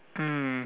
mm